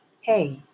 hey